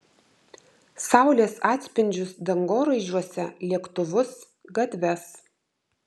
saulės atspindžius dangoraižiuose lėktuvus gatves